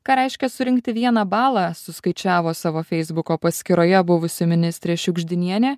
ką reiškia surinkti vieną balą suskaičiavo savo feisbuko paskyroje buvusi ministrė šiugždinienė